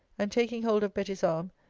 and taking hold of betty's arm,